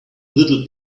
little